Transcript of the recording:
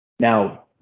Now